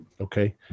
okay